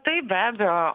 tai be abejo